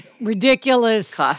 Ridiculous